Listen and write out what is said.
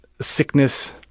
sickness